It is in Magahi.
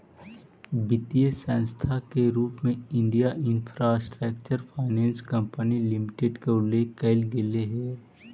वित्तीय संस्था के रूप में Indian infrastructure finance company limited के उल्लेख कैल गेले हइ